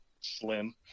slim